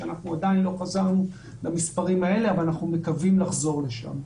אנחנו עדיין לא חזרנו למספרים האלה אבל אנחנו מקווים לחזור לשם.